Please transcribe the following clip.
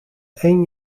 één